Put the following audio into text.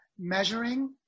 measuring